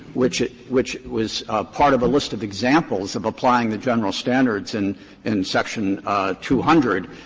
which which was part of a list of examples of applying the general standards in in section two hundred.